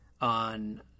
on